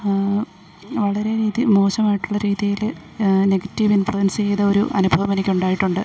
വളരെ മോശമായിട്ടുള്ള രീതിയില് നെഗറ്റീവ് ഇൻഫ്ലുവൻസ്യ്ത ഒരു അനുഭവം എനിക്കുണ്ടായിട്ടുണ്ട്